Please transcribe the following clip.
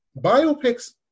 biopics